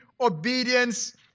obedience